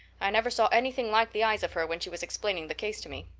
i never saw anything like the eyes of her when she was explaining the case to me.